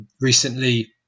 recently